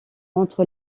entre